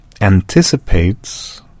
anticipates